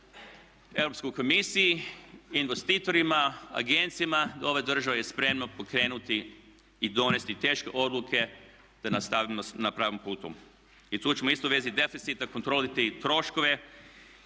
Europskoj komisiji, investitorima, agencijama da ova država je spremna pokrenuti i donijeti teške odluke da nastavimo na pravom putu. I tu ćemo isto u vezi deficita kontrolirati troškove